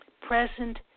present